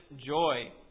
joy